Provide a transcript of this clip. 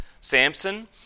Samson